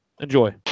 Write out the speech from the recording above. Enjoy